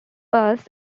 bus